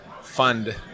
fund